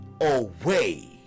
away